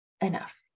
enough